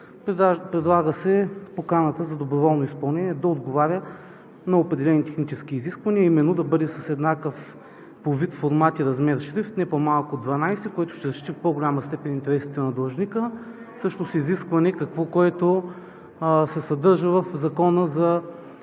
Предлага се поканата за доброволно изпълнение да отговаря на определени технически изисквания именно да бъде с еднакъв по вид формат и размер шрифт – не по-малко от 12, което ще защити в по-голяма степен интересите на длъжника. Всъщност изискване, което се съдържа в Закона за